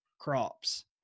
Crops